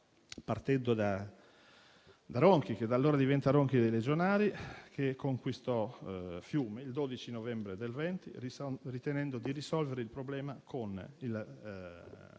partendo da Ronchi, che da allora diventa Ronchi dei Legionari, a conquistare Fiume il 12 novembre del 1919, ritenendo di risolvere il problema con la